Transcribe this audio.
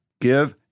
give